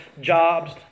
jobs